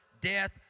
death